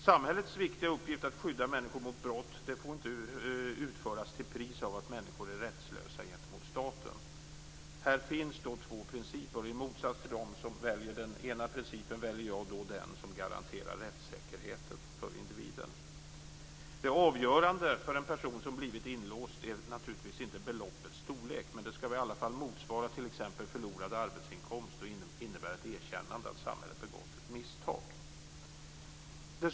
Samhällets viktiga uppgift att skydda människor mot brott får inte utföras till priset av att människor är rättslösa gentemot staten. Här finns det två principer. I motsats till dem som väljer den ena principen väljer jag den som garanterar rättssäkerheten för individen. Det avgörande för en person som blivit inlåst är naturligtvis inte beloppets storlek men det skall väl i alla fall motsvara t.ex. förlorad arbetsinkomst och innebära ett erkännande av att samhället har begått ett misstag.